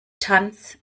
tanz